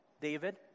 David